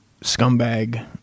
scumbag